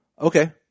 Okay